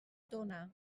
tona